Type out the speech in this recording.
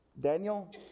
Daniel